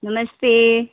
नमस्ते